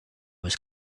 was